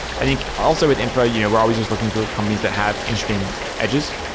i think also at infra, you know we're always just looking for companies that have interesting edges.